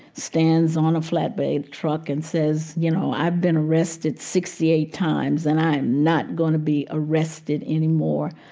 stands on a flatbed truck and says, you know, i've been arrested sixty eight times and i am not going to be arrested anymore.